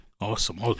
Awesome